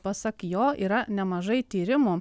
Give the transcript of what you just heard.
pasak jo yra nemažai tyrimų